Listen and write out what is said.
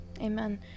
Amen